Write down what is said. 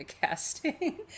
casting